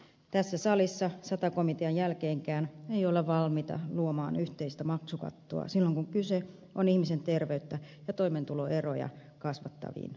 tässä salissa sata komitean jälkeenkään ei olla valmiita luomaan yhteistä maksukattoa silloin kun kyse on ihmisen terveyttä ja toimeentuloeroja kasvattavista maksuista